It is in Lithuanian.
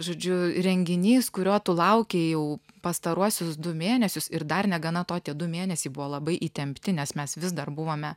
žodžiu renginys kurio tu laukei jau pastaruosius du mėnesius ir dar negana to tie du mėnesiai buvo labai įtempti nes mes vis dar buvome